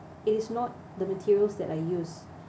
it is not the materials that I use